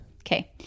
Okay